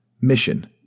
Mission